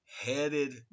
headed